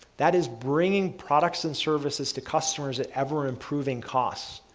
that is bringing products and services to customers at ever improving costs.